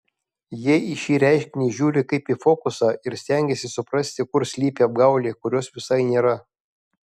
jie į šį reiškinį žiūri kaip į fokusą ir stengiasi suprasti kur slypi apgaulė kurios visai nėra